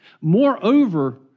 Moreover